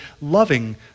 loving